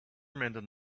mending